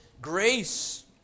grace